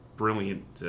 brilliant